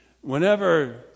Whenever